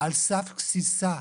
על סף גסיסה.